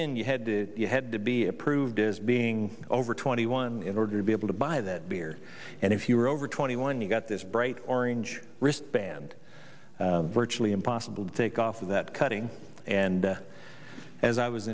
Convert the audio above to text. in you had to you had to be approved is being over twenty one in order to be able to buy that beer and if you're over twenty one you got this bright orange wristband virtually impossible to take off of that cutting and as i was